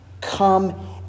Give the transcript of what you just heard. come